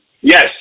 yes